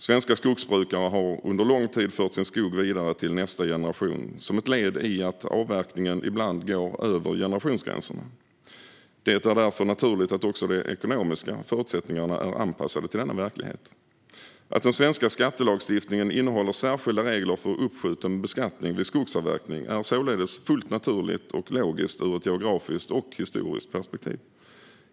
Svenska skogsbrukare har under lång tid fört sin skog vidare till nästa generation som ett led i att avverkningen ibland går över generationsgränserna. Det är därför naturligt att också de ekonomiska förutsättningarna är anpassade till denna verklighet. Att den svenska skattelagstiftningen innehåller särskilda regler för uppskjuten beskattning vid skogsavverkning är således fullt naturligt och logiskt ur ett geografiskt och historiskt perspektiv.